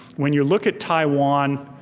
when you look at taiwan,